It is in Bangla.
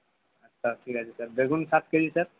আচ্ছা ঠিক আছে স্যার বেগুন সাত কেজি স্যার